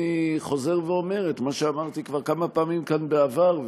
אני חוזר ואומר את מה שאמרתי כבר כמה פעמים כאן בעבר.